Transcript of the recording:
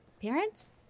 parents